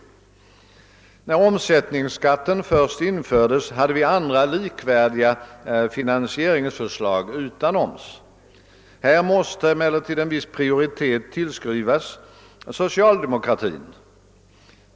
När omsättningsskatten först infördes hade vi andra likvärdiga finansieringsförslag. Här måste emellertid en viss prioritering tillskrivas socialdemokratin.